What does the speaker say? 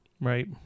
Right